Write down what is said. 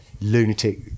lunatic